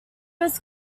was